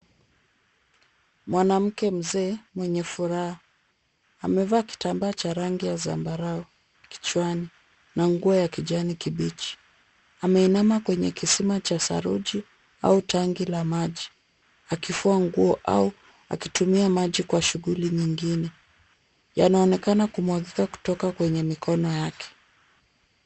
Mwanamke mzee mwenye furaha, amevaa kitambaa cha rangi ya zambarau kichwani na nguo ya kijani kibichi. Ameinama kwenye kisima cha saruji au tangi la maji akifua nguo au akitumia maji kwa shughuli nyingine. Yanaonekana kumwagika kutoka kwenye mikono yake.